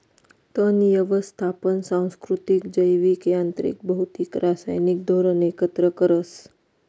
तण यवस्थापन सांस्कृतिक, जैविक, यांत्रिक, भौतिक, रासायनिक धोरण एकत्र करस